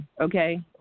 okay